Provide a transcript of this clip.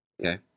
Okay